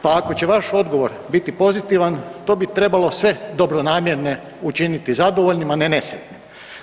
Pa ako će vaš odgovor biti pozitivan to bi trebalo sve dobronamjerne učiniti zadovoljnim, a ne nesretnim.